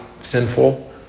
sinful